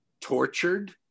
tortured